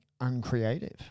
uncreative